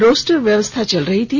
roster व्यवस्था चल रही थी